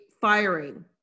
firing